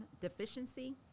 deficiency